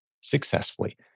successfully